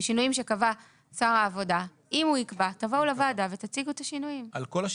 אם הוא יקבע תבואו לוועדה ותציגו את השינויים.